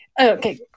Okay